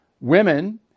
women